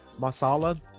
Masala